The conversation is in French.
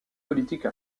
politique